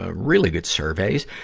ah really good surveys,